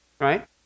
Right